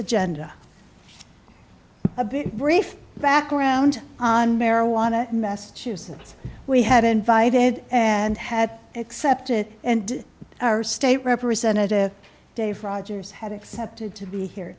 agenda a bit brief background on marijuana massachusetts we had invited and had accepted and our state representative day for odgers had accepted to be here